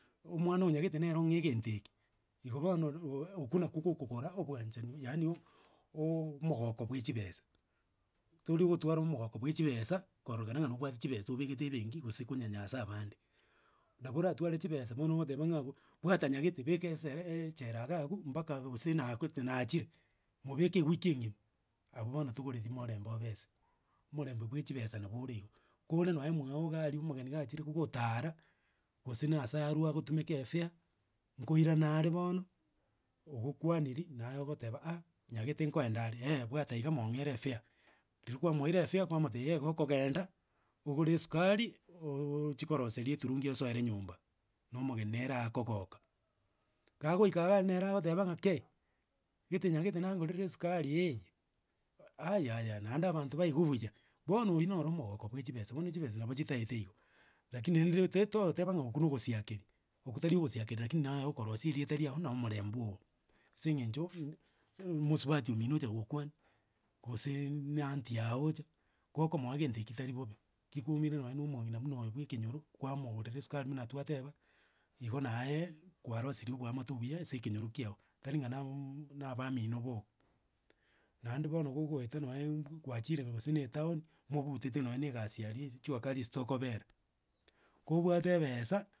Omwana o nyagete nere ong'a egento eke, igo bono o- o- okwo nako kokogora obwanchani yaani o ooo omogoko bwa echibesa. Tori gotwara omogoko bwa echibesa kororekana na nobwate chibesa obegete ebenki gose konyanyasa abande. Nabo oratware chibesa bono ogoteba ng'a bwo bwata nyagete beka esere eechera iga abwo mpaka gose nagote nachire, mobeke ewiki engima, abwo bono togoreti morombe o besa. Omorembe bwa echibesa nabo ore igo, kore nonye mwago iga aria omogeni gachire kogotara, gose na ase arwa agotumeka e fair, nkoirana are bono, ogokwaniri naye ogoteba ah nyagete nkoendare eh bwata iga mong'ere efair. Riria kwamoire efair kwamotebia eh gokogenda, ogore esukari, oooochi koroseri eturungi esoere nyomba, na omogeni nere akogoka. Kagoika iga aria nere agoteba ng'a kei, gete nyagete nangorera esukari eh, ayaaya, naende abanto baigwa buya, bono oywo noro omogoko bwa echibesa, bono chibesa nabo chitaete igo. Rakini rende- re tooteba ng'a okwo na ogosiakeri, okwo tari okosiakeri rakini naye okorosia erieta riago na omorembe oo ase eng'encho mmosubati omino ogocha gokwani, gose na anty yago ocha, gokomoa gento ekio tari bobe. Ki kwaumire nonya na omong'ina muna oyo bwa ekenyoro, kwamogorera esukari buna twateba, igo naaye kwarosirie oboamate obuya ase ekenyoro kiago, tari ng'a naaaam na abamino boka. Naende bono gogoeta nonye gwachire rogoro gose na etown, mobutete nonya na egasi aria echwakari ase tokobera, kobwate ebesa.